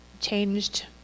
changed